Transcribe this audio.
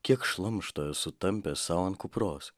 kiek šlamšto esu tampęs sau ant kupros